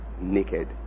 naked